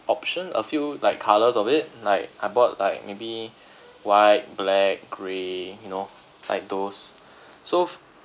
option a few like colours of it like I bought like maybe white black grey you know like those so